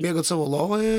miegat savo lovoj